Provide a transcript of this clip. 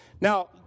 Now